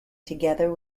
together